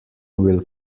will